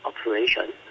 operation